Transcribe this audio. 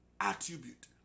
attribute